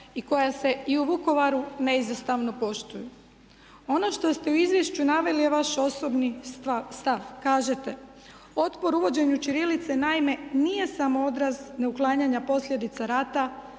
i koja se i u Vukovaru neizostavno poštuju. Ono što ste u izvješću naveli je vaš osobni stav. Kažete otpor uvođenju ćirilice naime nije samo odraz neuklanjanja posljedica rata,